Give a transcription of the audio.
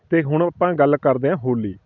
ਅਤੇ ਹੁਣ ਆਪਾਂ ਗੱਲ ਕਰਦੇ ਹਾਂ ਹੋਲੀ